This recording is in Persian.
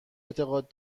اعتقاد